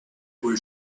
was